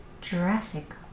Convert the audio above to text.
Jurassic